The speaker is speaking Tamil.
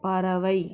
பறவை